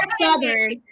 southern